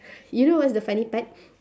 you know what is the funny part